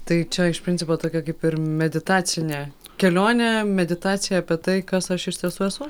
tai čia iš principo tokia kaip ir meditacinė kelionė meditacija apie tai kas aš iš tiesų esu